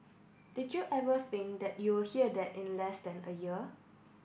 did you ever think that you would hear that in less than a year